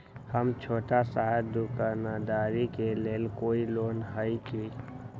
हम छोटा सा दुकानदारी के लिए कोई लोन है कि?